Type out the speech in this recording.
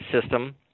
system